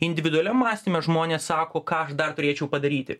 individualiam mąstyme žmonės sako ką aš dar turėčiau padaryti